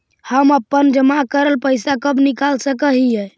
हम अपन जमा करल पैसा कब निकाल सक हिय?